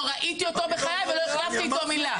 לא ראיתי אותו בחיי ולא החלפתי איתו מילה.